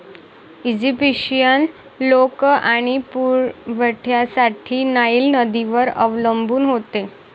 Egyptian लोक पाणी पुरवठ्यासाठी नाईल नदीवर अवलंबून होते